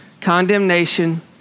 condemnation